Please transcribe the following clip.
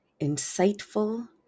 insightful